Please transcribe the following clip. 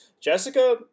Jessica